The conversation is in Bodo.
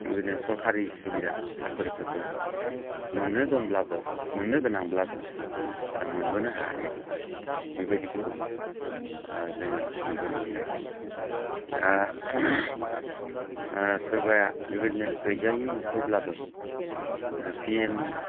बेबादिनो सरखारि सुबिदा साख्रि फोरखौ मोननो दंब्लाबो मोननो गोनांब्लाबो मोनबोनो हायाखै बिबायदिखौ जोङो नुबोनो मोनदों दा सोरबाया बेबादिनो गैजायि न'खरब्लाबो पि एम